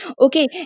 okay